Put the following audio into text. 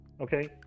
Okay